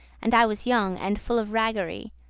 and i was young and full of ragerie,